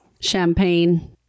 champagne